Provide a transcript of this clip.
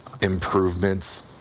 improvements